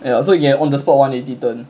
and also you can on the spot [one] it didn't